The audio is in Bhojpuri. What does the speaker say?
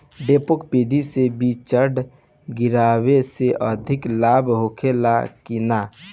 डेपोक विधि से बिचड़ा गिरावे से अधिक लाभ होखे की न?